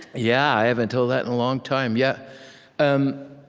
yeah, i haven't told that in a long time. yeah um